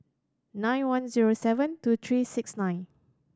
nine one zero seven two three six nine